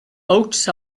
oats